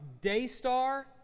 Daystar